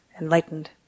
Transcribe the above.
enlightened